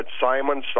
Simon